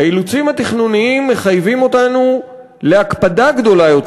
האילוצים התכנוניים מחייבים אותנו להקפדה גדולה יותר,